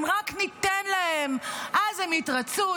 אם רק ניתן להם, הם יתרצו.